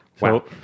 Wow